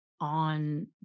on